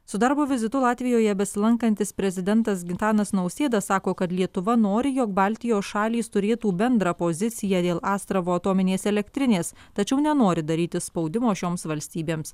su darbo vizitu latvijoje besilankantis prezidentas gitanas nausėda sako kad lietuva nori jog baltijos šalys turėtų bendrą poziciją dėl astravo atominės elektrinės tačiau nenori daryti spaudimo šioms valstybėms